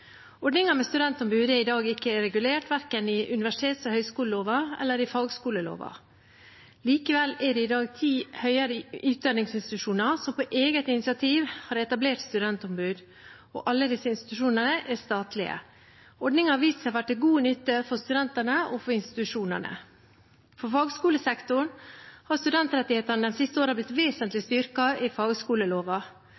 Ordningen med studentombud er i dag ikke regulert, verken i universitets- og høyskoleloven eller i fagskoleloven. Likevel er det i dag ti høyere utdanningsinstitusjoner som på eget initiativ har etablert studentombud, og alle disse institusjonene er statlige. Ordningen har vist seg å være til god nytte for studentene og for institusjonene. For fagskolesektoren har studentrettighetene de siste årene blitt vesentlig